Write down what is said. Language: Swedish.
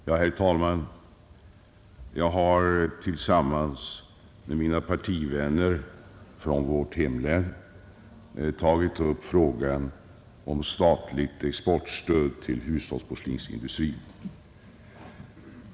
Herr talman! Jag har tillsammans med mina partivänner från vårt hemlän tagit upp frågan om statligt exportstöd till hushållsporslinsindustrin.